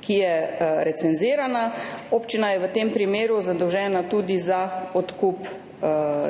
ki je recenzirana. Občina je v tem primeru zadolžena tudi za odkup